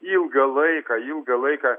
ilgą laiką ilgą laiką